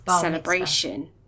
celebration